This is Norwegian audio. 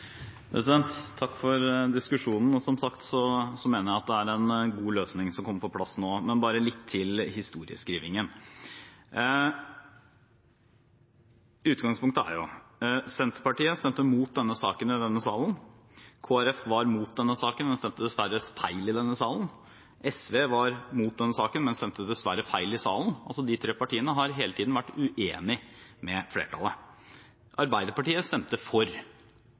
for diskusjonen. Som sagt mener jeg at det er en god løsning som kommer på plass nå, men bare litt til historieskrivingen. Utgangspunktet er: Senterpartiet stemte imot denne saken i denne salen, Kristelig Folkeparti var imot denne saken, men stemte dessverre feil i denne salen, SV var imot denne saken, men stemte dessverre feil i salen. Altså: De tre partiene har hele tiden vært uenige med flertallet. Arbeiderpartiet stemte for